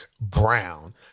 Brown